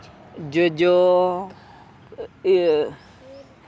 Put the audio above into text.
ᱡᱚᱡᱚ ᱤᱭᱟᱹ